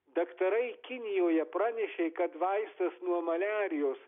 daktarai kinijoje pranešė kad vaistas nuo maliarijos